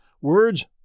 words